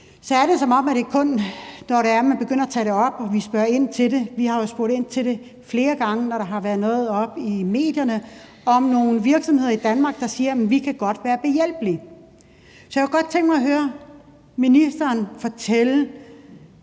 på dørene, så er det, når man begynder at tage det op og spørge ind til det, som om der ikke sker noget. Vi har jo spurgt ind til det flere gange, når der har været noget fremme i medierne om nogle virksomheder i Danmark, der siger, at de godt kan være behjælpelige. Så jeg kunne godt tænke mig at høre ministeren fortælle: